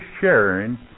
sharing